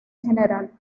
general